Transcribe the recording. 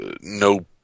no